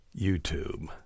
YouTube